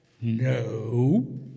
No